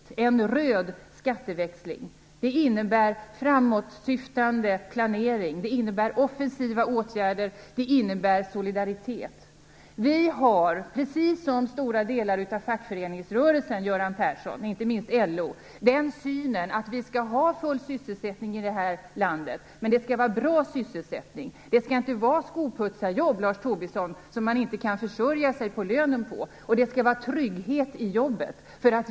Det är en röd skatteväxling. Det innebär framåtsyftande planering. Det innebär offensiva åtgärder. Det innebär solidaritet. Vi har, precis som stora delar av fackföreningsrörelsen, Göran Persson, inte minst LO, den synen att vi skall ha full sysselsättning i det här landet. Men det skall vara bra sysselsättning. Det skall inte vara skoputsarjobb, Lars Tobisson, med en lön som man inte kan försörja sig på. Det skall vara trygghet i jobbet.